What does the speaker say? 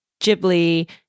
Ghibli